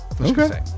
Okay